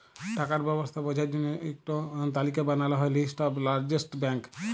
টাকার ব্যবস্থা বঝার জল্য ইক টো তালিকা বানাল হ্যয় লিস্ট অফ লার্জেস্ট ব্যাঙ্ক